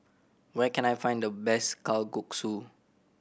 where can I find the best Kalguksu